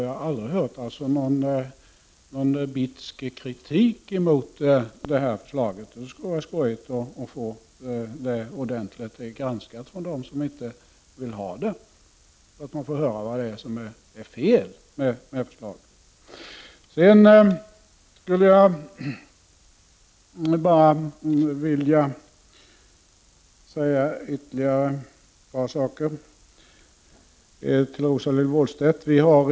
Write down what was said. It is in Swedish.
Jag har aldrig hört någon bitsk kritik mot förslaget, och det skulle vara skojigt att få det ordentligt granskat av dem 137 som inte vill ha det genomfört, så att vi får höra vad det är som är fel med förslaget.